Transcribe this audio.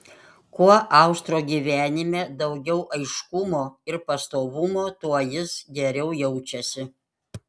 kuo austro gyvenime daugiau aiškumo ir pastovumo tuo jis geriau jaučiasi